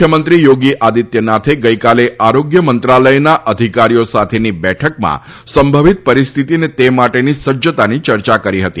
મુખ્યમંત્રી યોગી આદિત્યનાથે ગઇકાલે આરોગ્ય મંત્રાલયના અધિકારીઓ સાથેની બેઠકમાં સંભવિત પરિસ્થિતિ અને તે માટેની સજ્જતાની ચર્ચા કરી હતી